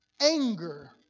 anger